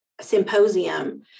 symposium